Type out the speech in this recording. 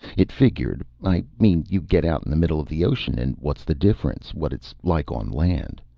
it figured. i mean you get out in the middle of the ocean and what's the difference what it's like on land?